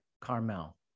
Carmel